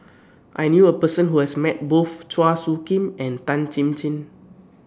I knew A Person Who has Met Both Chua Soo Khim and Tan Chin Chin